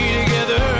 together